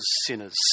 sinners